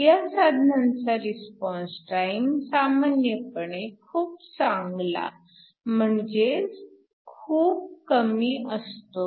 ह्या साधनांचा response time सामान्यपणे खूप चांगला म्हणजेच खूप कमी असतो